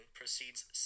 proceeds